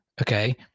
okay